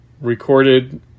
recorded